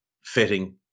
fitting